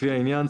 לפי העניין,